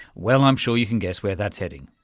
well, i'm sure you can guess where that's heading.